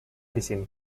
disini